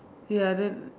ya then